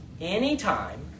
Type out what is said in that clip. Anytime